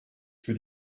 für